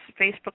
Facebook